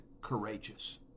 courageous